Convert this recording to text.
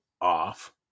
off